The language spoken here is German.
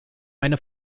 meine